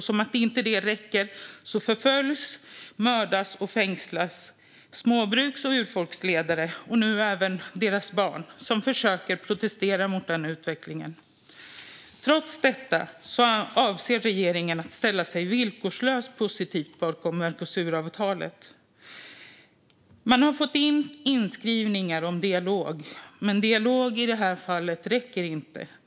Som om inte det räckte förföljs, mördas och fängslas de småbrukar och urfolksledare som försöker protestera mot denna utveckling - och nu även deras barn. Trots detta avser regeringen att villkorslöst positivt ställa sig bakom Mercosuravtalet. Man har fått in skrivningar om dialog, men dialog räcker inte i det här fallet.